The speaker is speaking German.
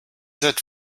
seit